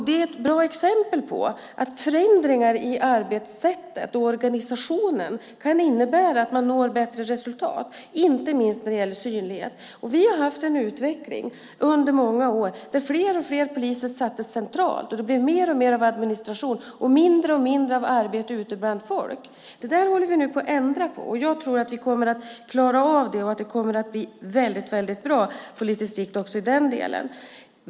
Det är ett bra exempel på att förändringar i arbetssättet och organisationen kan innebära att man når bättre resultat, inte minst när det gäller synlighet. Under många år hade vi en utveckling där fler och fler poliser sattes centralt. Det blev mer och mer av administration och mindre och mindre av arbete ute bland folk. Det håller vi på att ändra på. Jag tror att vi kommer att klara av det och att det kommer att bli mycket bra på sikt även i den delen.